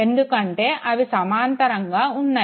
ఎందుకంటే అవి సమాంతరంగా ఉన్నాయి